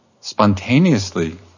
spontaneously